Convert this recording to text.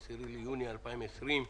היום ה-10 ביוני 2020,